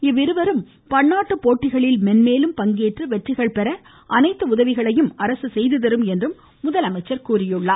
இவ்விருவரும் பன்னாட்டுப் போட்டிகளில் மென்மேலும் பங்கேற்று வெற்றிகள் பெற அனைத்து உதவிகளும் அரசு செய்து தரும் என்றும் முதலமைச்சர் தெரிவித்துள்ளார்